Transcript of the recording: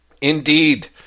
indeed